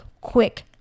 quick